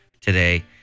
today